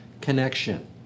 connection